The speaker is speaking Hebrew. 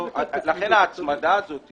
לכן ההצמדה הזו